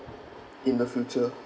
in the future